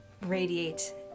radiate